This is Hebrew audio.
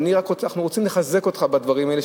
אנחנו רוצים לחזק אותך בדברים האלה,